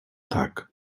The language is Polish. tak